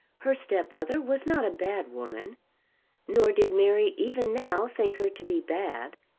her stepmother was not a bad woman nor did mary even now think her to be bad.